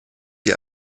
ihr